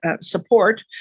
support